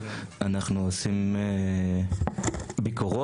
אנחנו עושים ביקורות.